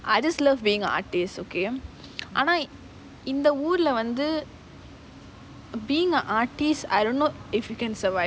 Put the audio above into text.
I just love being a artist okay ஆனா இந்த ஊருல வந்து:aana intha oorula vanthu being a artist I don't know if you can survive